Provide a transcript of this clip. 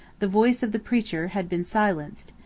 the voice of the preacher had been silenced,